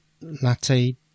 latte